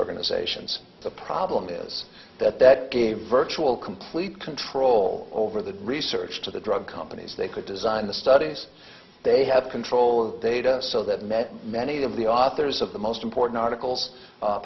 organizations the problem is that that virtual complete control over the research to the drug companies they could design the studies they have control data so that many of the authors of the most important articles